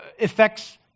affects